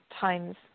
times